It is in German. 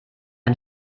ein